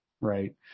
right